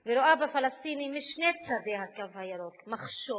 ורואה בפלסטינים משני צדי "הקו הירוק" מכשול